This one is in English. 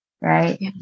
right